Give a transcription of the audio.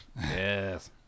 Yes